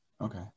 Okay